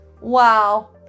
Wow